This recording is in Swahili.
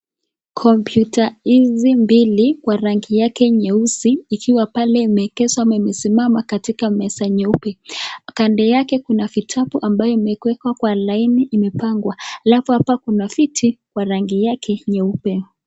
Komputa mbili kwa rangi yake nyeusi ikiwa imeegezwa ama imesima katika meza nyeupe. Kando yake kuna vitabu ambayo imewekwa kwa laini imepengwa alafu kuna viti kwa rangi yake nyeupe.